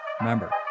remember